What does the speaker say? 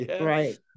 Right